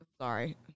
sorry